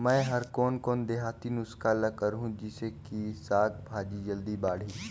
मै हर कोन कोन देहाती नुस्खा ल करहूं? जिसे कि साक भाजी जल्दी बाड़ही?